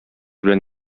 белән